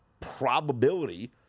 probability